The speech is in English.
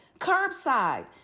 Curbside